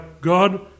God